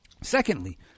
secondly